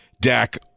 Dak